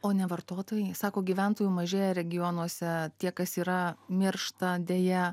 o ne vartotojai sako gyventojų mažėja regionuose tie kas yra miršta deja